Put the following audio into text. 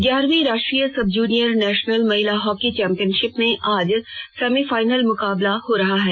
ग्यारहवीं राष्ट्रीय सब जूनियर नैशनल महिला हॉकी चैम्पियनशिप में आज सेमीफाइनल मुकाबले हो रहे हैं